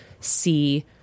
see